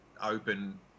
open